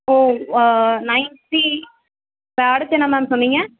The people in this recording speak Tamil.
உ நயன்ட்டி இப்போ அடுத்து என்ன மேம் சொன்னீங்கள்